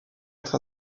être